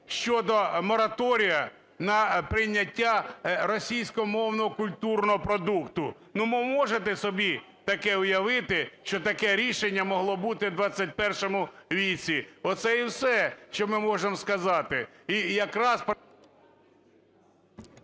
щодо мораторію на прийняття російськомовного культурного продукту. Ви можете собі таке уявити, що таке рішення могло бути в ХХІ віці. Оце і все, що ми можемо сказати,